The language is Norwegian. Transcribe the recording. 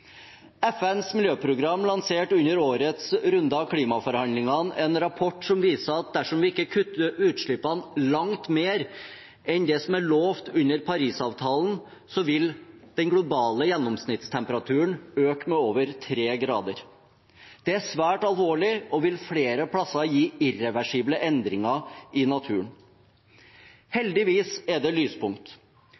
FNs miljøprogram lanserte under årets runde av klimaforhandlingene en rapport som viser at dersom vi ikke kutter utslippene langt mer enn det som er lovt under Parisavtalen, vil den globale gjennomsnittstemperaturen øke med over 3 grader. Det er svært alvorlig og vil flere plasser gi irreversible endringer i naturen.